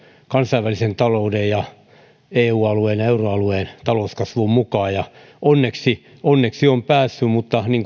kansainvälisen talouden eu alueen ja euroalueen talouskasvuun mukaan onneksi onneksi on päässyt mutta niin